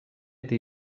eta